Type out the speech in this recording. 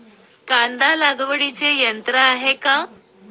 कांदा लागवडीचे यंत्र आहे का?